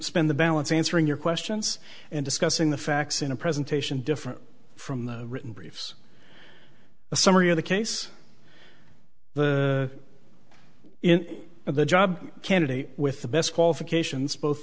spend the balance answering your questions and discussing the facts in a presentation different from the written briefs a summary of the case the in of the job candidate with the best qualifications both